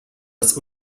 das